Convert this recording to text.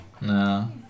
No